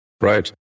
Right